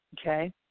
Okay